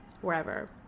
wherever